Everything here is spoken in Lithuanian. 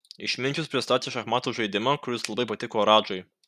išminčius pristatė šachmatų žaidimą kuris labai patiko radžai